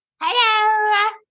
Hello